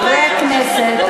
חברי הכנסת,